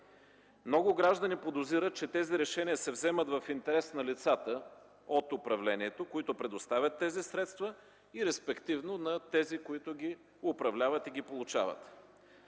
Много граждани подозират, че тези решения се вземат в интерес на лицата от управлението, които предоставят тези средства, и респективно на тези, които ги управляват или получават.